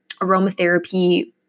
aromatherapy